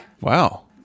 Wow